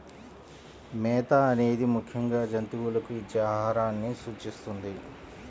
మేత అనేది ముఖ్యంగా జంతువులకు ఇచ్చే ఆహారాన్ని సూచిస్తుంది